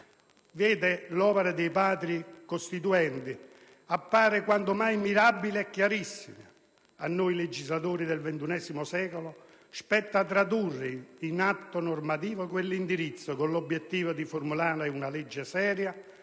all'opera dei Padri costituente appare quanto mai mirabile e chiarissimo. A noi legislatori del XXI secolo spetta tradurre in atto normativo quell'indirizzo con l'obiettivo di formulare una legge seria,